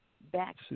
back